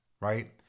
right